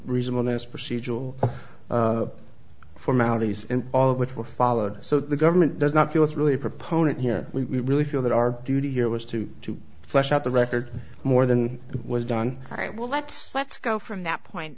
reasonableness procedural formalities and all of which were followed so the government does not feel it's really a proponent here we really feel that our duty here was to to flush out the record more than was done right well let's let's go from that point